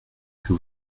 que